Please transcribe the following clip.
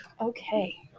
okay